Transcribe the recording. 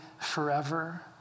forever